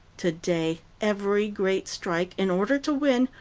today every great strike, in order to win,